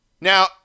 now